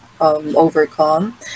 overcome